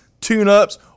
tune-ups